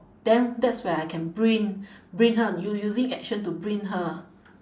then that's where I can bring bring her u~ u~ using action to bring her